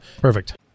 Perfect